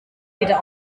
wieder